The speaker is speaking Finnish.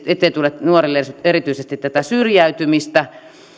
ettei tule nuorille erityisesti syrjäytymistä